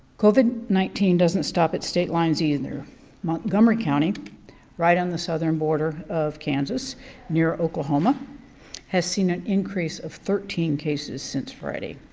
covid nineteen doesn't stop at state lines either montgomery county wright on the southern border of kansas near oklahoma has seen an increase of thirteen cases since friday.